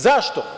Zašto?